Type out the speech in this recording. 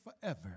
forever